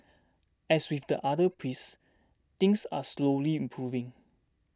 as with the other pries things are slowly improving